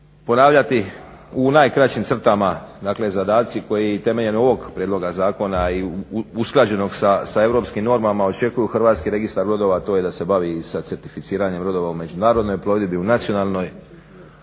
Ponavljati u najkraćim crtama, dakle zadaci koji temeljem ovog prijedloga zakona i usklađenog sa europskim normama očekuju Hrvatski registar brodova to je da se bavi sa certificiranjem brodova u međunarodnoj plovidbi, u nacionalnoj,